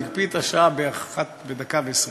הוא הקפיא את השעה בדקה ועשרים,